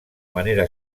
manera